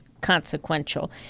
consequential